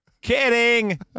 Kidding